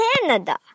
Canada